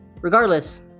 regardless